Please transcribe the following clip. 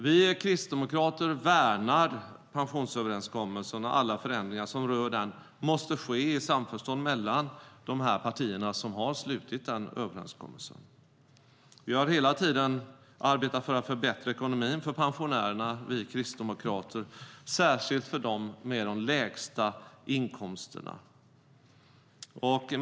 Vi kristdemokrater värnar pensionsöverenskommelsen, och alla förändringar som rör den måste ske i samförstånd mellan de partier som slutit överenskommelsen. Vi kristdemokrater har hela tiden arbetat för att förbättra ekonomin för pensionärerna, särskilt för dem med de lägsta inkomsterna.